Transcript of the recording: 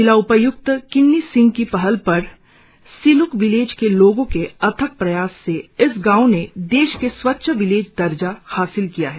जिला उपाय्क्त किन्नी सिंह की पहल पर सिल्क विलेज के लोगों के अथक प्रयास से इस गांव में देश के स्वच्छ विलेज दर्जा हासिल किया है